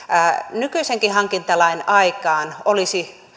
nykyisenkin hankintalain aikaan olisi